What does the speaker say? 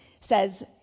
says